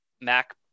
Mac